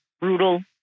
brutal